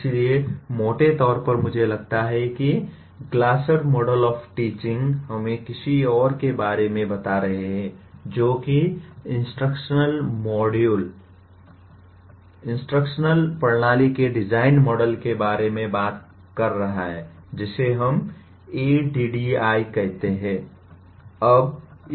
इसलिए मोटे तौर पर मुझे लगता है कि ग्लासर मॉडल ऑफ टीचिंग हमें किसी और के बारे में बता रहा है जो कि इंस्ट्रक्शनल मॉडल इंस्ट्रक्शनल प्रणाली के डिजाइन मॉडल के बारे में बात कर रहा है जिसे हम ADDIE कहते हैं